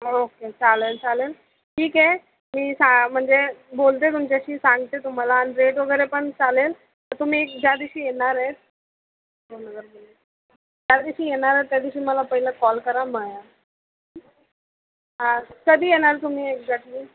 okay चालेल चालेल ठीक आहे मी सा म्हणजे बोलते तुमच्याशी सांगते तुम्हाला आणि रेट वगैरे पण चालेल तुम्ही ज्या दिवशी येणार आहे ज्या दिवशी येणार आहे त्या दिवशी मला पहिलं कॉल करा मग या हां कधी येणार तुम्ही एक्झॅक्टली